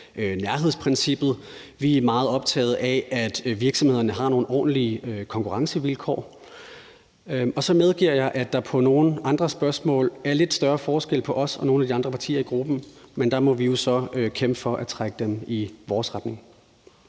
nærhedsprincippet, og vi er meget optaget af, at virksomhederne har nogle ordentlige konkurrencevilkår. Og så medgiver jeg, at der på nogle andre spørgsmål er lidt større forskel på os og nogle af de andre partier i gruppen, men der må vi jo så kæmpe for at trække dem i vores retning.